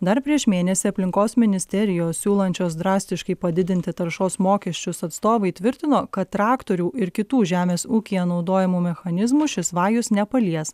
dar prieš mėnesį aplinkos ministerijos siūlančios drastiškai padidinti taršos mokesčius atstovai tvirtino kad traktorių ir kitų žemės ūkyje naudojamų mechanizmų šis vajus nepalies